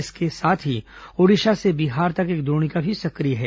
इसके साथ ही ओडिशा से बिहार तक एक द्रोणिका भी सक्रिय है